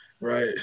Right